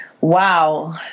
Wow